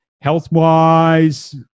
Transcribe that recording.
Health-wise